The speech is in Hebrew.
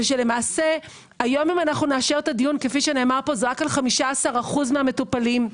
למעשה היום אם נאשר את הדיון זה רק על 15% מהמטופלים,